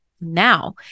Now